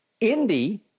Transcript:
Indy